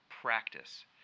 practice